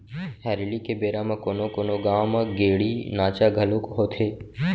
हरेली के बेरा म कोनो कोनो गाँव म गेड़ी नाचा घलोक होथे